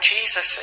Jesus